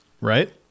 Right